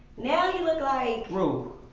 now you look like ruu.